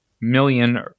million